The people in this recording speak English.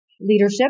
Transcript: leadership